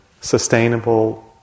sustainable